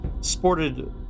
sported